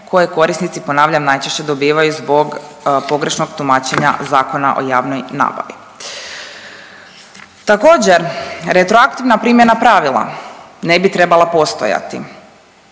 koje korisnici, ponavljam, najčešće dobivaju zbog pogrešnog tumačenja Zakona o javnoj nabavi. Također, retroaktivna primjena pravila ne bi trebala postojati.